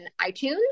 iTunes